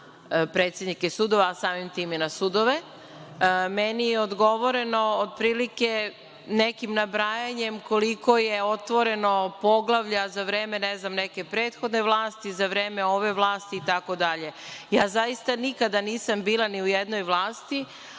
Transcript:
predsednike sudova, a samim tim i na sudove, meni je odgovoreno, otprilike, nekim nabrajanjem koliko je otvoreno poglavlja za vreme, ne znam, neke prethodne vlasti, za vreme ove vlasti itd. Zaista nikada nisam bila ni u jednoj vlasti,